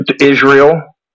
Israel